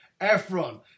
Efron